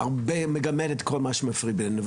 מגמד את כל מה שמפריד בינינו,